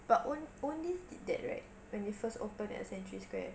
but on~ only did that right when they first opened at century square